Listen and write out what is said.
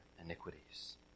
iniquities